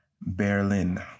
Berlin